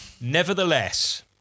nevertheless